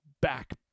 Back